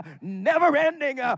never-ending